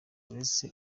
uretse